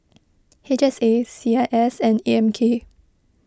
H S A C I S and A M K